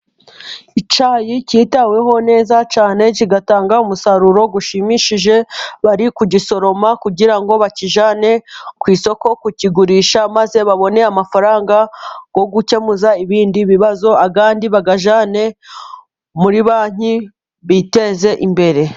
Icyayi cyitaweho neza cyane kigatanga umusaruro ushimishije, bari kugisoroma kugira ngo bakijyane ku isoko kukigurisha, maze babone amafaranga yo gukemuza ibindi bibazo, andi bayajyane muri banki biteze imbere.